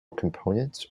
components